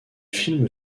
film